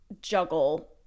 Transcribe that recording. juggle